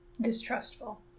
Distrustful